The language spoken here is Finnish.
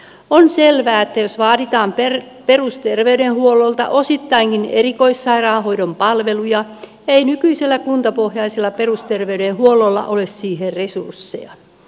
on selvää että jos vaaditaan perusterveydenhuollolta osittainkin erikoissairaanhoidon palveluja ei nykyisellä kuntapohjaisella perusterveydenhuollolla ole siihen resursseja